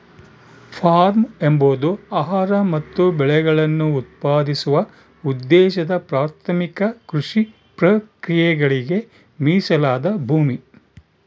form ಎಂಬುದು ಆಹಾರ ಮತ್ತು ಬೆಳೆಗಳನ್ನು ಉತ್ಪಾದಿಸುವ ಉದ್ದೇಶದ ಪ್ರಾಥಮಿಕ ಕೃಷಿ ಪ್ರಕ್ರಿಯೆಗಳಿಗೆ ಮೀಸಲಾದ ಭೂಮಿ